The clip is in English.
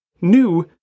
New